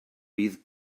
bydd